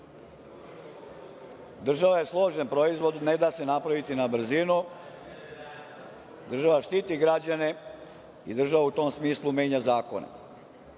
njima. Država je složen proizvod, ne da se napraviti na brzinu. Država štiti građane i država u tom smislu menja zakone.